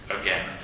again